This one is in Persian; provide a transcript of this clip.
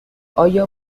آیا